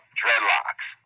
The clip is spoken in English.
dreadlocks